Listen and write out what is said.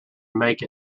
make